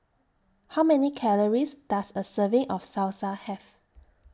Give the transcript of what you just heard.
How Many Calories Does A Serving of Salsa Have